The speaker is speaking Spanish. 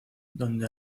donde